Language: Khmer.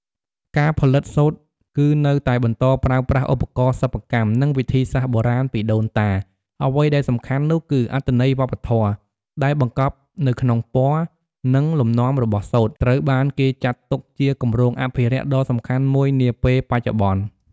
ការផលិតសូត្រ គឺនៅតែបន្តប្រើប្រាស់ឧបករណ៍សិប្បកម្ម និងវិធីសាស្ត្របុរាណពីដូនតា អ្វីដែលសំខាន់នោះគឺ អត្ថន័យវប្បធម៌ ដែលបង្កប់នៅក្នុងពណ៌ និងលំនាំរបស់សូត្រ ត្រូវបានគេចាត់ទុកជាគម្រោងអភិរក្ស ដ៏សំខាន់មួយនាពេលបច្ចុប្បន្ន។